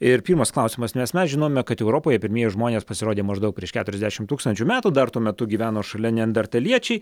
ir pirmas klausimas nes mes žinome kad europoje pirmieji žmonės pasirodė maždaug prieš keturiasdešim tūkstančių metų dar tuo metu gyveno šalia neandertaliečiai